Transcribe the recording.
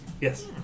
Yes